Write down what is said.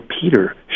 Peter